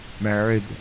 married